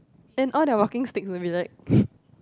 and all the walking stick will be like